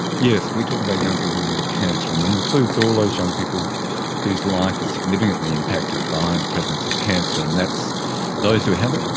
yes, we talk about young people living with cancer and that includes all those young people whose life is significantly impacted by the presence of cancer, and that's those who have it,